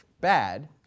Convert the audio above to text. bad